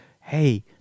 hey